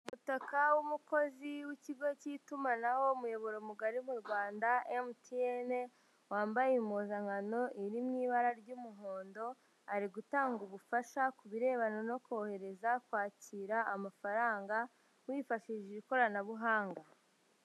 Umutaka w'umukozi w'ikigo cy'itumanaho, umuyoboro mugari mu Rwanda MTN, wambaye impuzankano iri mu ibara ry'umuhondo, ari gutanga ubufasha ku birebana no kohereza, kwakira amafaranga, wifashishije ikoranabuhanga.